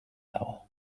dago